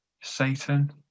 satan